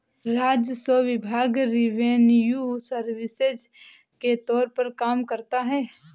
राजस्व विभाग revenue services के तौर पर काम करता है